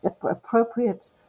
appropriate